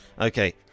Okay